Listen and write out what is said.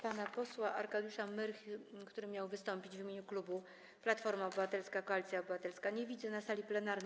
Pana posła Arkadiusza Myrchy, który miał wystąpić w imieniu klubu Platforma Obywatelska - Koalicja Obywatelska, nie widzę na sali plenarnej.